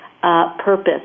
purpose